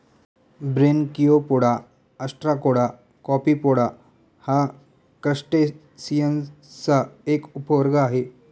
Branchiopoda, Ostracoda, Copepoda हा क्रस्टेसिअन्सचा एक उपवर्ग आहे